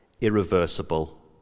irreversible